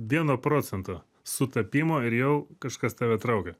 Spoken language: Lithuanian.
vieno procento sutapimo ir jau kažkas tave traukia